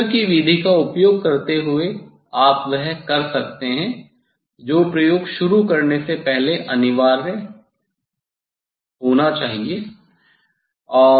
Schuster की विधि का उपयोग करते हुए आप वह कर सकते हैं जो प्रयोग शुरू करने से पहले अनिवार्य होना चाहिए